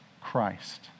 Christ